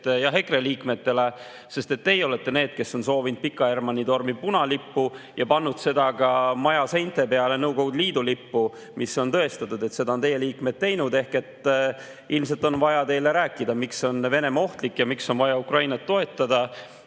EKRE liikmetele? Sest teie olete need, kes on soovinud Pika Hermanni torni punalippu ja pannud ka maja seinte peale Nõukogude Liidu lipu. On tõestatud, et seda on teie liikmed teinud, ehk ilmselt on vaja teile rääkida, miks on Venemaa ohtlik ja miks on vaja Ukrainat toetada,